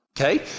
Okay